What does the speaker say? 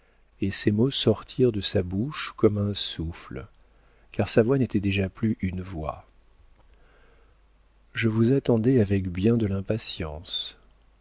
et ces mots sortirent de sa bouche comme un souffle car sa voix n'était déjà plus une voix je vous attendais avec bien de l'impatience